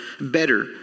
better